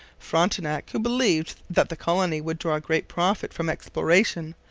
frontenac, who believed that the colony would draw great profit from exploration,